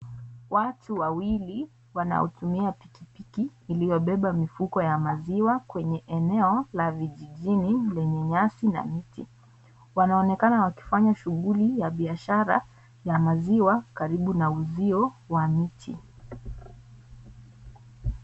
Watu wawili wanaotumia pikipiki iliyobeba mifuko ya maziwa kwenye eneo la vijijini lenye nyasi na miti, wanaonekana wakifanya shughuli ya biashara ya maziwa karibu na uuzio wa miti.